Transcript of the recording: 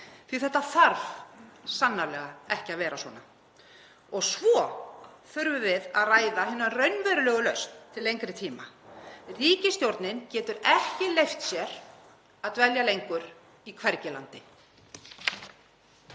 því þetta þarf sannarlega ekki að vera svona. Svo þurfum við að ræða hina raunverulegu lausn til lengri tíma. Ríkisstjórnin getur ekki leyft sér að dvelja lengur í Hvergilandi.